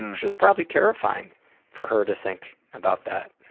and it's probably terrifying for her to think about that.